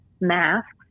masks